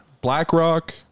BlackRock